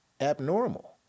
abnormal